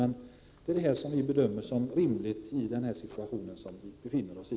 Vi bedömer alltså förslaget som rimligt i den situation som vi i dag befinner oss i.